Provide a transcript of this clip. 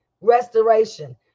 Restoration